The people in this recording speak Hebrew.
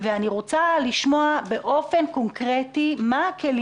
ואני רוצה לשמוע באופן קונקרטי מה הכלים